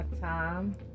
time